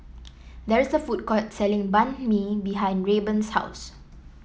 there is a food court selling Banh Mi behind Rayburn's house